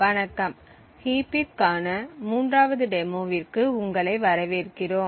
வணக்கம் ஹீப்பிற்கான மூன்றாவது டெமோவிற்கு உங்களை வரவேற்கிறோம்